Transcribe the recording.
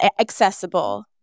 accessible